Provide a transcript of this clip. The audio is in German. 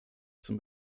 zum